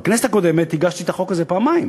בכנסת הקודמת הגשתי את החוק הזה פעמיים